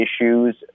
issues